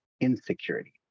insecurity